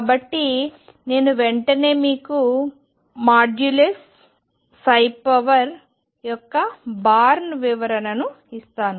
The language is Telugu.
కాబట్టి నేను వెంటనే మీకు 2 యొక్క బార్న్ వివరణ ఇస్తాను